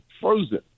frozen